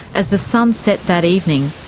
as the sun set that evening,